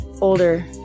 older